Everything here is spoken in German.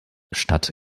statt